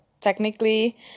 technically